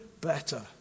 better